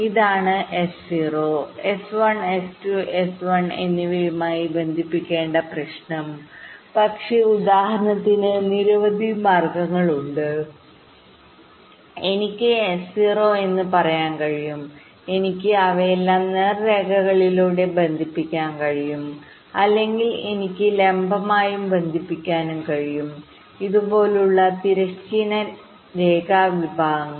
ഇതാണ് S0 S1 S2 Sn എന്നിവയുമായി ബന്ധിപ്പിക്കേണ്ട പ്രശ്നം പക്ഷേ ഉദാഹരണത്തിന് നിരവധി മാർഗങ്ങളുണ്ട് എനിക്ക് S0 എന്ന് പറയാൻ കഴിയും എനിക്ക് അവയെല്ലാം നേർരേഖകളിലൂടെ ബന്ധിപ്പിക്കാൻ കഴിയും അല്ലെങ്കിൽ എനിക്ക് ലംബമായും ബന്ധിപ്പിക്കാനും കഴിയും ഇതുപോലുള്ള തിരശ്ചീന രേഖാ വിഭാഗങ്ങൾ